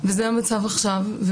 זה המצב עכשיו,